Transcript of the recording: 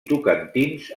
tocantins